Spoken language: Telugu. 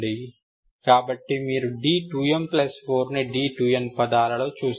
కాబట్టి మీరు d2m4 ని d2n పదాలలో చూస్తున్నారు